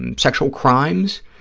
and sexual crimes,